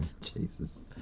Jesus